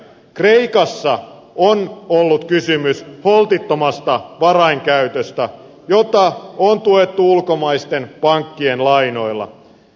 kreikassa on ollut kysymys holtittomasta varainkäytöstä jota on tuettu ulkomaisten pankkien lainoilla